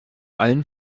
allen